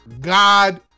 god